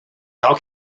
how